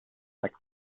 like